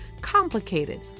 complicated